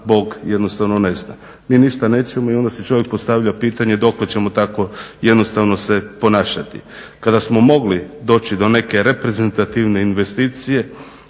Bog jednostavno ne zna. Mi ništa nećemo i onda si čovjek postavlja pitanje dokle ćemo tako jednostavno se ponašati. Kada smo mogli doći do neke reprezentativne investicije